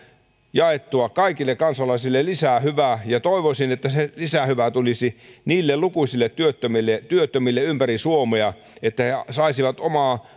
jaettua kaikille kansalaisille lisää hyvää ja toivoisin että se lisähyvä tulisi niille lukuisille työttömille työttömille ympäri suomea että he saisivat